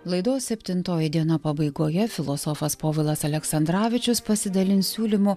laidos septintoji diena pabaigoje filosofas povilas aleksandravičius pasidalins siūlymų